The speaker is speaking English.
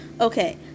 okay